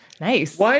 Nice